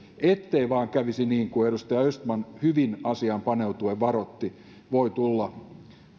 ettei vain kävisi niin kuin edustaja östman hyvin asiaan paneutuen varoitti voi tulla